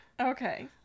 Okay